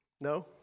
No